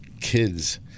kids